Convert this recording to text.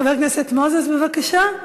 חבר הכנסת מוזס, בבקשה,